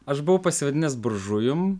aš buvau pasivadinęs buržujum